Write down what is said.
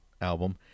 album